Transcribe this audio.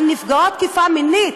על נפגעות תקיפה מינית.